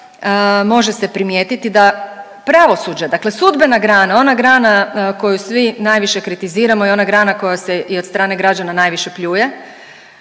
može se primijetiti da pravosuđe, dakle sudbena grana, ona grana koju svi najviše kritiziramo je ona grana koja se i od strane građana najviše pljuje,